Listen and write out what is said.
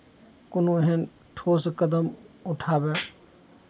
कोनो एहन ठोस कदम उठाबय